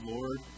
Lord